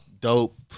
dope